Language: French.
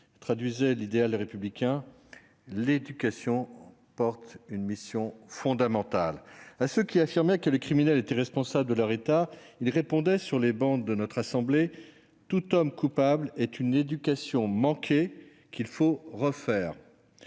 traduisait l'idéal républicain : l'éducation remplit une mission fondamentale. À ceux qui affirmaient que les criminels étaient responsables de leur état, il répondait depuis ces travées :« Tout homme coupable est une éducation manquée qu'il faut refaire.